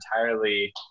entirely